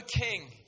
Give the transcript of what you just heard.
king